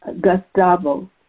Gustavo